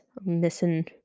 missing